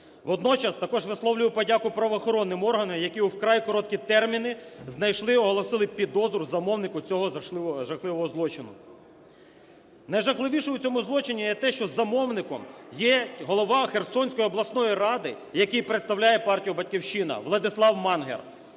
Водночас також висловлюю подяку правоохоронним органам, які у вкрай короткі терміни знайшли і оголосили підозру замовнику цього жахливого злочину. Найжахливіше у цьому злочині є те, що замовником є голова Херсонської обласної ради, який представляє партію "Батьківщина" - ВладиславМангер.